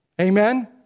Amen